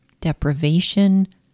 deprivation